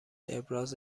ابراز